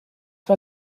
war